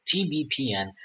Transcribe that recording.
TBPN